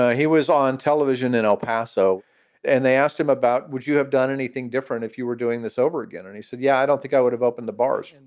he was on television in el paso and they asked him about would you have done anything different if you were doing this over again? and he said, yeah, i don't think i would have opened the bars. and